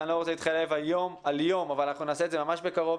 אני לא רוצה להתחייב היום על תאריך אבל נעשה את זה ממש בקרוב.